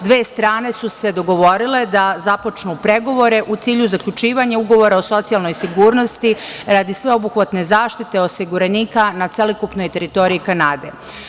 Dve strane su se dogovorile da započnu pregovore u cilju zaključivanja ugovora o socijalnoj sigurnosti, radi sveobuhvatne zaštite osiguranika na celokupnoj teritoriji Kanade.